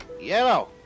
Yellow